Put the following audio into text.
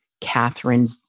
Catherine